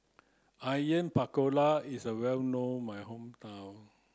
Onion Pakora is well known my hometown